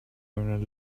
earn